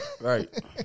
Right